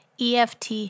EFT